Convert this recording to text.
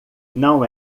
não